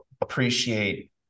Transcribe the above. appreciate